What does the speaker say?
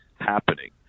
happening